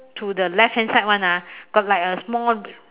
to the left hand side one ah got like a small